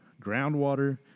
Groundwater